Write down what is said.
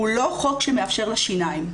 הוא לא חוק שמאפשר לה שיניים.